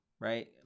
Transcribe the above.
right